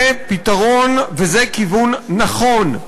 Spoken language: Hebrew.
זה פתרון וזה כיוון נכון.